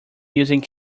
using